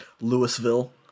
Louisville